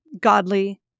godly